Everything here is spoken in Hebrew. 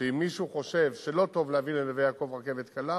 שאם מישהו חושב שלא טוב להביא לנווה-יעקב רכבת קלה,